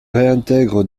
réintègre